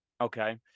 Okay